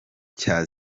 cya